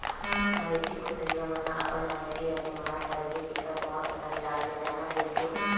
मवेशी पोसइया मन ह अपन मवेशी ह बेमार परगे तेखर बहुत अकन इलाज ल जानत रहिथे